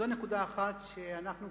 אז זו נקודה אחת שאנחנו,